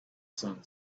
sun